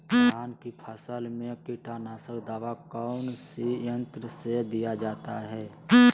धान की फसल में कीटनाशक दवा कौन सी यंत्र से दिया जाता है?